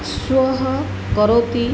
श्वः करोति